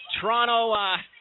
Toronto